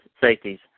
safeties